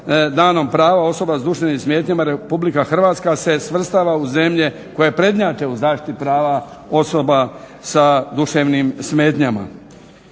danom prava osoba sa duševnim smetnjama. Republika Hrvatska se svrstava u zemlje koje prednjače u zaštiti prava osoba sa duševnim smetnjama.